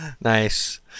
Nice